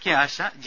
K Asha G